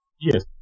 Yes